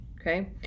okay